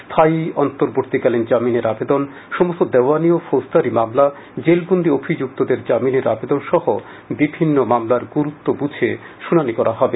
স্থায়ী অন্তর্বর্তী কালীন জামিনের আবেদন সমস্ত দেওয়ানী ও ফৌজদারী মামলা জেলবন্দী অভিযুক্তদের আমিনের আবেদন সহ বিভিন্ন মামলার গুরুত্ব বুঝে শুনানি করা হবে